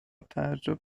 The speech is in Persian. تعجب